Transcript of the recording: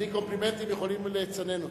אני, קומפלימנטים יכולים לצנן אותי.